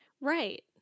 right